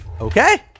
Okay